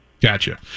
Gotcha